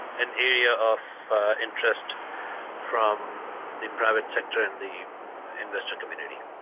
an area of interest from the private sector and the investor community.